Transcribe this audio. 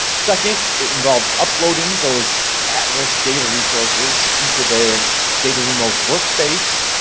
second, it involves uploading those at-risk data resources into the datalumos work space,